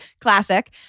Classic